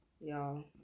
Y'all